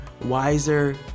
wiser